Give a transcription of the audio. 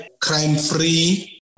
crime-free